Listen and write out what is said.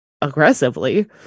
aggressively